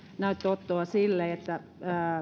näytteen ottoa silleen että